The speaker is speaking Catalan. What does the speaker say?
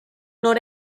nord